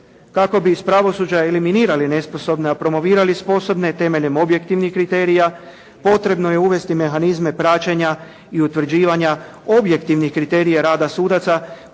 Kako bi iz pravosuđa eliminirali nesposobne, a promovirali sposobne temeljem objektivnih kriterija potrebno je uvesti mehanizme praćenja i utvrđivanja objektivnih kriterija rada sudaca